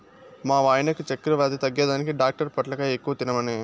మా వాయినకు చక్కెర వ్యాధి తగ్గేదానికి డాక్టర్ పొట్లకాయ ఎక్కువ తినమనె